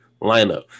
lineup